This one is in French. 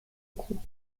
coup